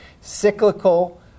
cyclical